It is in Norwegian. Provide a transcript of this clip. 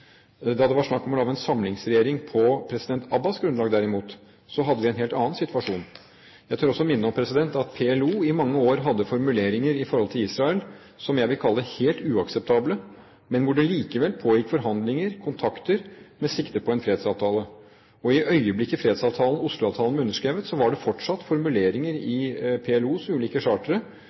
Da det var snakk om å lage en samlingsregjering på president Abbas’ grunnlag derimot, hadde vi en helt annen situasjon. Jeg tør også minne om at PLO i mange år hadde formuleringer om Israel som jeg vil kalle helt uakseptable, men hvor det likevel pågikk forhandlinger, kontakter, med sikte på en fredsavtale. I det øyeblikket fredsavtalen Oslo-avtalen ble underskrevet, var det fortsatt formuleringer i PLOs ulike